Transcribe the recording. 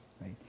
right